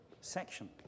section